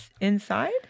inside